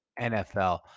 NFL